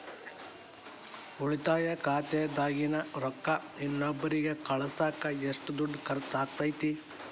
ಉಳಿತಾಯ ಖಾತೆದಾಗಿನ ರೊಕ್ಕ ಇನ್ನೊಬ್ಬರಿಗ ಕಳಸಾಕ್ ಎಷ್ಟ ದುಡ್ಡು ಖರ್ಚ ಆಗ್ತೈತ್ರಿ?